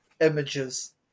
images